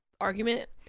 argument